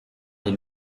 les